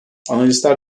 analistler